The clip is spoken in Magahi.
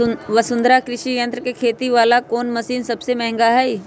वसुंधरा कृषि यंत्र के खेती वाला कोन मशीन सबसे महंगा हई?